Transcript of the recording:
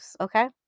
okay